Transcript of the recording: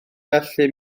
gallu